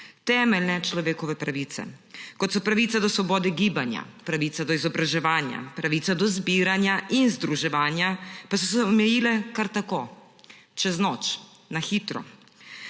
Temeljne človekove pravice, kot so pravica do svobode gibanja, pravica do izobraževanja, pravica do zbiranja in združevanja, pa so se omejile kar tako, čez noč, na hitro.